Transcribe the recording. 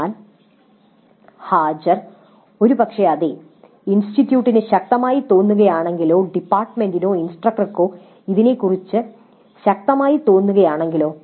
എന്നാൽ ഹാജർ ഒരു പക്ഷേ അതെ ഇൻസ്റ്റിറ്റ്യൂട്ടിന് ശക്തമായി തോന്നുകയാണെങ്കിലോ ഡിപ്പാർട്ട്മെന്റിനോ ഇൻസ്ട്രക്ടർക്കോ ഇതിനെക്കുറിച്ച് ശക്തമായി തോന്നുകയാണെങ്കിലോ